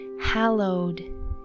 Hallowed